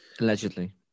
Allegedly